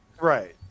Right